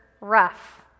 rough